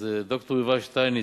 ד"ר יובל שטייניץ,